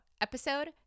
episode